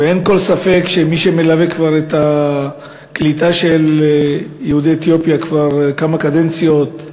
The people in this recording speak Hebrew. אין כל ספק שכמי שמלווה את הקליטה של יהודי אתיופיה כבר כמה קדנציות,